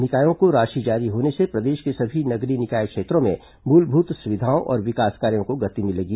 निकायों को राशि जारी होने से प्रदेश के सभी नगरीय निकाय क्षेत्रों में मूलभूत सुविधाओं और विकास कार्यों को गति मिलेगी